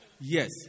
Yes